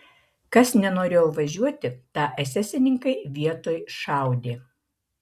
kas nenorėjo važiuoti tą esesininkai vietoj šaudė